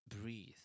breathe